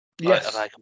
Yes